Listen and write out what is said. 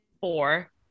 four